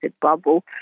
bubble